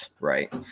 Right